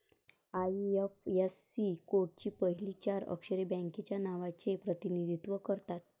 IFSC कोडची पहिली चार अक्षरे बँकेच्या नावाचे प्रतिनिधित्व करतात